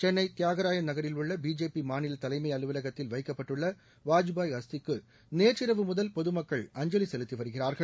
சென்னை தியாகராய நகரில் உள்ள பிஜேபி மாநில தலைமை அலுவலகத்தில் வைக்கப்பட்டுள்ள வாஜ்பேயி அஸ்திக்கும் நேற்றிரவு முதல் பொதுமக்கள் அஞ்சலி செலுத்தி வருகிறார்கள்